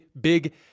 big